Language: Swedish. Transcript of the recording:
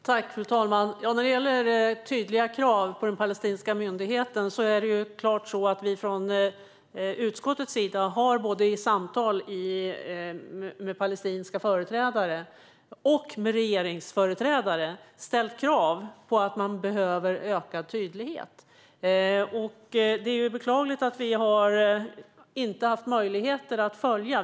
Fru talman! Vad gäller tydliga krav på den palestinska myndigheten är det helt klart så att utskottet i samtal med palestinska företrädare och med regeringsföreträdare har ställt krav på ökad tydlighet. Det är beklagligt att vi inte har haft möjlighet att följa.